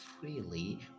freely